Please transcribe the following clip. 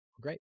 Great